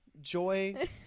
Joy